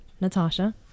Natasha